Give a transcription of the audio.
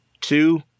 two